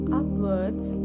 upwards